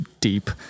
deep